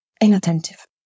Inattentive